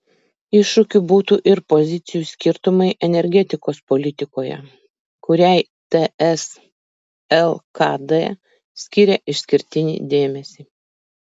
iššūkiu būtų ir pozicijų skirtumai energetikos politikoje kuriai ts lkd skiria išskirtinį dėmesį